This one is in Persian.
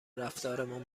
رفتارمان